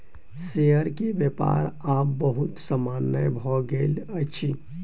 share के व्यापार आब बहुत सामान्य भ गेल अछि